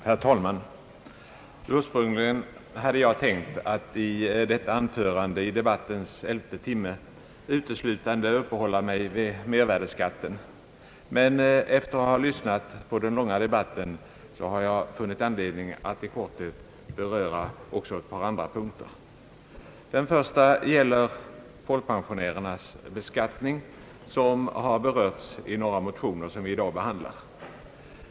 Herr talman! Ursprungligen hade jag tänkt att i detta anförande i debattens elfte timme uteslutande uppehålla mig vid mervärdeskatten. Men efter att ha lyssnat på den långa debatten har jag funnit anledning att i korthet beröra också ett par andra punkter. Den första gäller folkpensionärernas beskattning, som har berörts i några motioner vilka i dag behandlas.